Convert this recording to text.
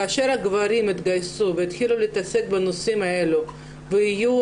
כאשר הגברים יתגייסו ויתחילו להתעסק בנושאים האלה ויהיו